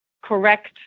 correct